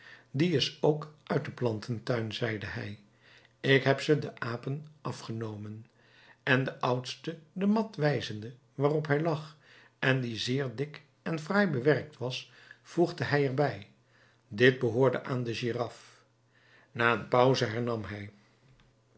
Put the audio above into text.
die is ook uit den plantentuin zeide hij ik heb ze den apen afgenomen en den oudste de mat wijzende waarop hij lag en die zeer dik en fraai bewerkt was voegde hij er bij dit behoorde aan de giraffe na een pauze hernam hij